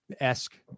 esque